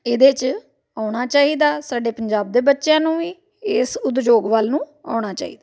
ਇਹਦੇ 'ਚ ਆਉਣਾ ਚਾਹੀਦਾ ਸਾਡੇ ਪੰਜਾਬ ਦੇ ਬੱਚਿਆਂ ਨੂੰ ਵੀ ਇਸ ਉਦਯੋਗ ਵੱਲ ਨੂੰ ਆਉਣਾ ਚਾਹੀਦਾ